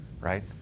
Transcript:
right